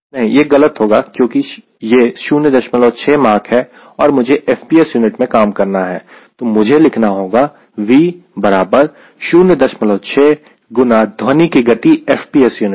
नहीं यह गलत होगा क्योंकि यह 06 माक है और मुझे FPS यूनिट में काम करना है तो मुझे लिखना होगा V बराबर 06 गुना ध्वनि की गति FPS यूनिट में